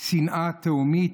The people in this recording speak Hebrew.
השנאה התהומית,